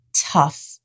tough